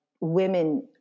women